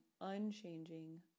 unchanging